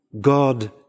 God